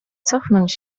cofnąć